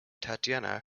tatiana